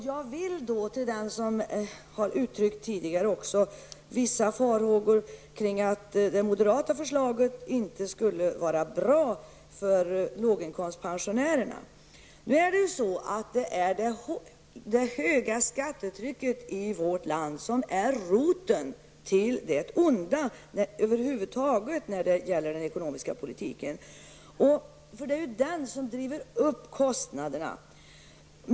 Jag vill då säga till dem som har uttryckt vissa farhågor för att det moderata förslaget inte skulle vara bra för låginkomstpensionärerna att det är det höga skattetrycket i vårt land som är roten till det onda över huvud taget när det gäller den ekonomiska politiken. Det är skattetrycket som driver upp kostnaderna.